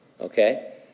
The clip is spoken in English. Okay